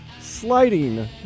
sliding